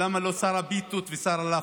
למה לא שר הפיתות ושר הלאפות?